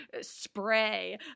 spray